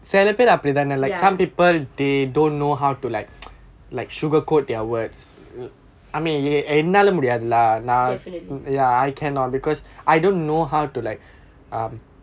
definitely